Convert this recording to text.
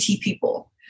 people